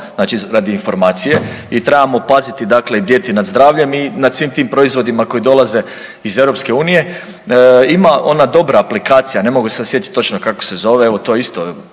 sjajno radi informacije i trebamo paziti dakle i bdjeti nad zdravljem i nad svim tim proizvodima koji dolaze iz Europske unije. Ima ona dobra aplikacija, ne mogu se sjetiti točno kako se zove. Evo to isto